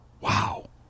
Wow